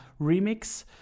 remix